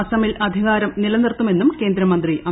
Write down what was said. അസമിൽ അധികാരം നിലനിർത്തുമെന്നും കേന്ദ്രമന്ത്രി അമിത്ഷാ